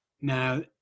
Now